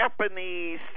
Japanese